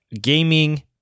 gaming